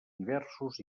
diversos